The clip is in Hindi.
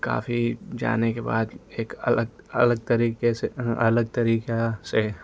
काफ़ी जाने के बाद एक अलग अलग तरीके से अलग तरीके से